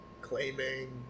claiming